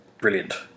brilliant